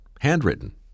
handwritten